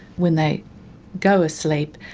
when they go asleep,